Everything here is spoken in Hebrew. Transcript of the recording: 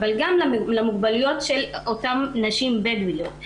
אבל גם למגבלות של אותן נשים בדואיות.